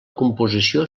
composició